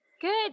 Good